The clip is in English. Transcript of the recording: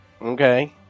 Okay